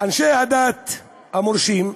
אנשי הדת המורשים,